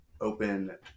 open